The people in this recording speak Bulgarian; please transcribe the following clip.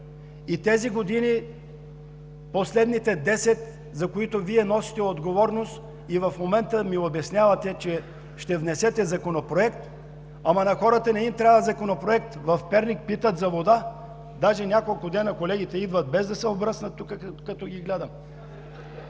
са ред години – последните десет, за които Вие носите отговорност, и в момента ми обяснявате, че ще внесете законопроект. Ама на хората не им трябва законопроект. В Перник питат за вода. Даже няколко дни колегите идват, без да са обръснати, като ги гледам.